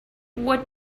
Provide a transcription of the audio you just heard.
what